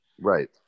right